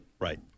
Right